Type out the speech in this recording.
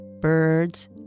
birds